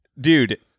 dude